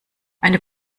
eine